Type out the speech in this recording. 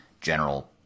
general